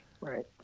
Right